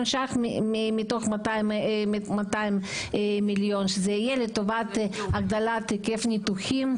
₪ מתוך 200 מיליון שזה יהיה לטובת הגדלת היקף ניתוחים,